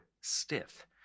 Stiff